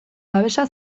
babesa